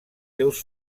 seus